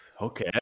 Okay